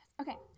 okay